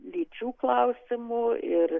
lyčių klausimų ir